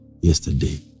Yesterday